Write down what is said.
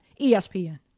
ESPN